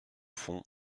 fond